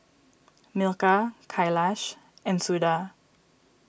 Milkha Kailash and Suda